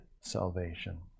salvation